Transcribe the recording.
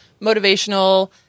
motivational